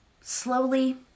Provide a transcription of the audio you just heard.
slowly